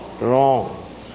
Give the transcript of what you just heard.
Wrong